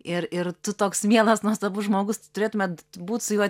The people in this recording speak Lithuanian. ir ir tu toks mielas nuostabus žmogus t turėtumėe būti su juo